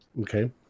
Okay